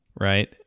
Right